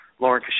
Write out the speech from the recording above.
Lauren